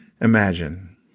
imagine